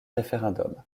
référendum